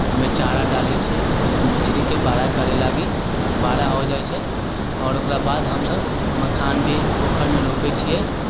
ओहिमे चारा डालै छियै मछलीके बड़ा करै लागि बड़ा हो जाइ छै तऽ ओकरा बाद हम सभ मखान भी पौखरिमे रोपै छियै